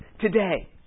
Today